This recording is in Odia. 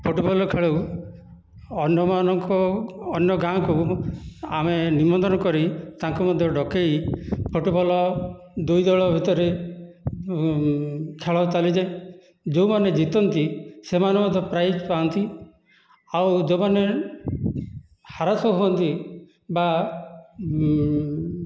ଫୁଟବଲ ଖେଳୁ ଅନ୍ୟମାନଙ୍କୁ ଅନ୍ୟ ଗାଁକୁ ଆମେ ନିମନ୍ତ୍ରଣ କରି ତାଙ୍କୁ ମଧ୍ୟ ଡକାଇ ଫୁଟବଲ ଦୁଇଦଳ ଭିତରେ ଖେଳ ଚାଲିଥାଏ ଯେଉଁମାନେ ଜିତନ୍ତି ସେମାନେ ମଧ୍ୟ ପ୍ରାଇଜ୍ ପାଆନ୍ତି ଆଉ ଯେଉଁମାନେ ହାରାସ ହୁଅନ୍ତି ବା